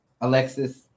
Alexis